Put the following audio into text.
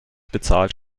bezahlt